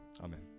Amen